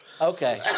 Okay